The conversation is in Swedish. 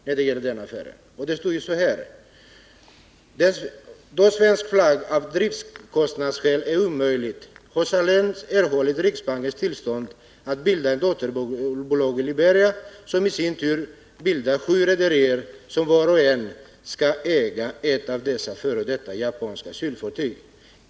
Där står bl.a. följande: ”Då svensk flagg av driftskostnadsskäl är omöjlig har Saléns erhållit Riksbankens tillstånd att bilda ett dotterbolag i Liberia, som i sin tur bildar 7 rederier som vart och ett skall äga ett av dessa f. d. japanska kylfartyg.